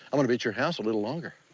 i'm gonna be at your house a little longer.